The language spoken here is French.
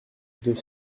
deux